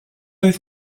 oedd